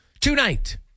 tonight